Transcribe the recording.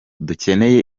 dukeneye